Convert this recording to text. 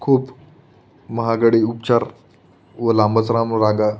खूप महागडे उपचार व लांबच रांब रांगा